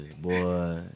boy